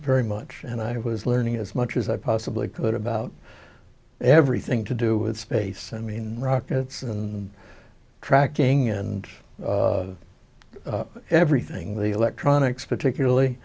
very much and i was learning as much as i possibly could about everything to do with space i mean rockets and tracking and everything the electronics particularly